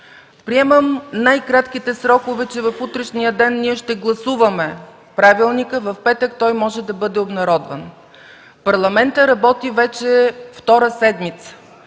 Приемам най-кратките срокове – че в утрешния ден ние ще гласуваме правилника и в петък той може да бъде обнародван. Парламентът вече работи втора седмица